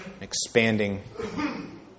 expanding